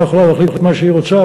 הממשלה יכולה להחליט מה שהיא רוצה,